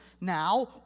Now